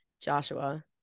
Joshua